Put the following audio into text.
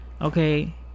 okay